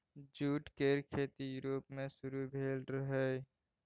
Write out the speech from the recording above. jute केर खेती Europe मे शुरु भेल रहइ